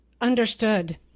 Understood